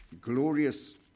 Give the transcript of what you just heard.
glorious